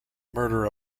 murder